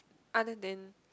other than